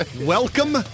welcome